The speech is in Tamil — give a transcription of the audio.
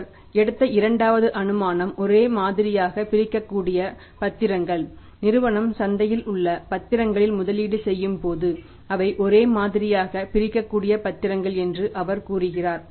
அவர் எடுத்த இரண்டாவது அனுமானம் ஒரே மாதிரியாகப் பிரிக்கக்கூடிய பத்திரங்கள் நிறுவனம் சந்தையில் உள்ள பத்திரங்களில் முதலீடு செய்யும் போது அவை ஒரே மாதிரியாகப் பிரிக்கக்கூடிய பத்திரங்கள் என்று அவர் கூறுகிறார்